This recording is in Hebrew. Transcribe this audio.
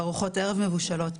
בארוחות ערב מבושלות,